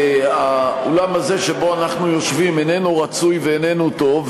האולם הזה שבו אנחנו יושבים איננו רצוי ואיננו טוב,